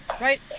Right